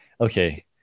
Okay